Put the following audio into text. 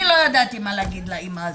אני לא ידעתי מה להגיד לאימא הזו.